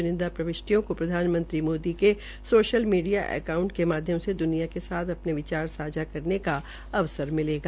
चुनिंदा प्रविष्टियों को प्रधानमंत्री मोदी के सोशल मीडिया अकांऊट के माध्यम से द्निया के साथ अपने विचार सांझा करने का अवसर मिलेगा